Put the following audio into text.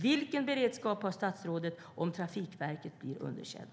Vilken beredskap har statsrådet om Trafikverket blir underkänt?